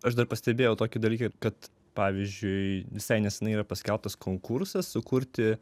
aš dar pastebėjau tokį dalyką kad pavyzdžiui visai nesenai yra paskelbtas konkursas sukurti